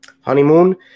honeymoon